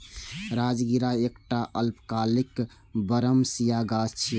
राजगिरा एकटा अल्पकालिक बरमसिया गाछ छियै